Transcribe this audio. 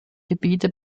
gebiete